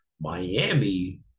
Miami